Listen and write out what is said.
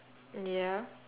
ya